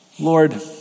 Lord